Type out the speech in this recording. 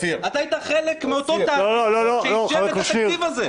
אופיר --- אתה היית חלק מאותו תהליך שאישר את התקציב הזה.